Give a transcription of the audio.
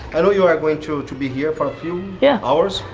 i know you are going to to be here for a few yeah hours,